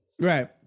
Right